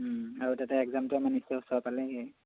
আৰু তাতে একজামটো আমাৰ নিশ্চয় ওচৰ পালেহিয়ে